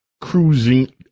cruising